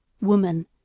Woman